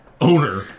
owner